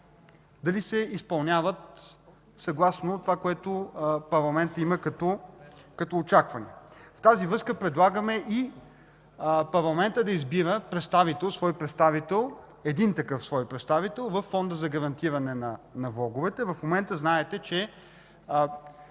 дали се изпълняват съгласно това, което парламентът има като очаквания. Във връзка с това предлагаме парламентът да избира един такъв свой представител във Фонда за гарантиране на влоговете. В момента знаете, че